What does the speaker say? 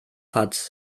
hat